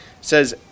says